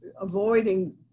avoiding